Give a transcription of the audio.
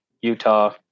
Utah